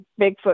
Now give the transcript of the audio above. bigfoot